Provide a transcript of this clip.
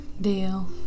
Deal